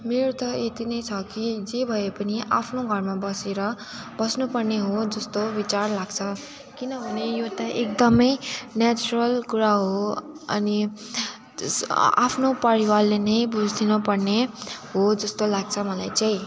मेरो त यति नै छ कि जे भए पनि आफ्नो घरमा बसेर बस्नुपर्ने हो जस्तो विचार लाग्छ किनभने यो त एकदमै नेचरल कुरा हो अनि जस आफ्नो परिवारले नै बुझिदिन पर्ने हो जस्तो लाग्छ मलाई चाहिँ